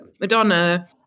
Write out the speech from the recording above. Madonna